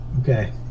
Okay